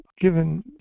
given